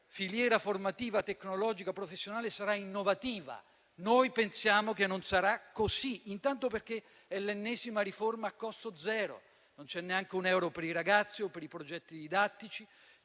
filiera formativa, tecnologica e professionale sarà innovativa. Noi pensiamo che non sarà così, intanto perché si tratta dell'ennesima riforma a costo zero: non c'è neanche un euro per i ragazzi o per i progetti didattici;